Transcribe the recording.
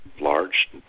large